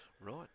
Right